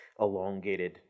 elongated